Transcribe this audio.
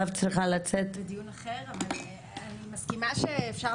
תחת מקום שיכלול את כל ההיבטים של האכיפה ושל האלימות הזאת,